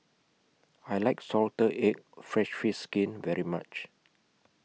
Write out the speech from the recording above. I like Salted Egg Fried Fish Skin very much